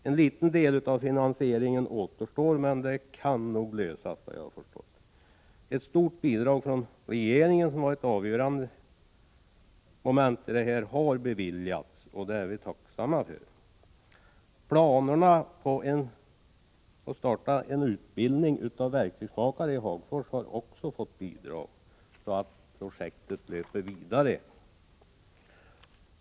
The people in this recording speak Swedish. En liten del av finansieringen återstår, men det kan nog lösas. Ett stort och avgörande bidrag från regeringen har beviljats, och det är vi tacksamma för. Bidrag har också beviljats så att planerna på att starta utbildning av verktygsmakare i Hagfors kan förverkligas och projektet löpa vidare.